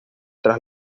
tras